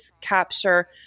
capture